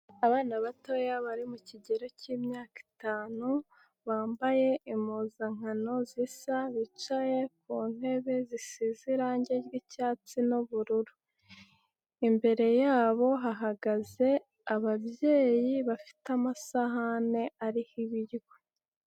Abana batoya bari mu kigero k'imyaka itanu bambaye impuzankano zisa. Bicaye ku ntebe zisize irangi ry'icyatsi n'ubururu. Imbere yabo hahagaze ababyeyi bafite amasahane ariho ibiryo.